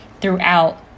throughout